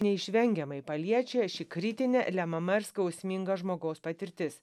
neišvengiamai paliečia ši kritinė lemiama ir skausminga žmogaus patirtis